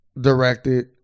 directed